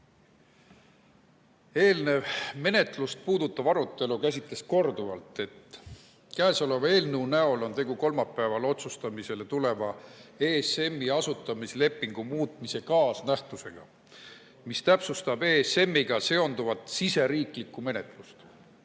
Eelnev menetlust puudutav arutelu käsitles korduvalt, et käesoleva eelnõu näol on tegu kolmapäeval otsustamisele tuleva ESM‑i asutamislepingu muutmise kaasnähtusega, mis täpsustab ESM‑iga seonduvat siseriiklikku menetlust.